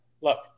look